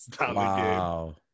Wow